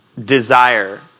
desire